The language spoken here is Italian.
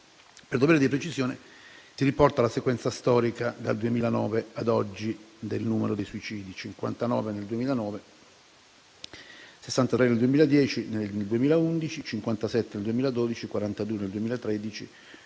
Per dovere di precisione, si riporta la sequenza storica, dal 2009 ad oggi, del numero dei suicidi: 59 nel 2009, 63 nel 2010 e nel 2011, 57 nel 2012, 42 nel 2013,